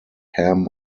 ham